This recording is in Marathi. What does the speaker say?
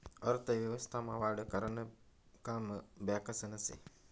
अर्थव्यवस्था मा वाढ करानं काम बॅकासनं से